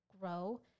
grow